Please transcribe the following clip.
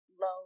low